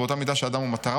ובאותה מידה שהאדם הוא מטרה,